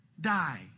die